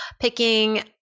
picking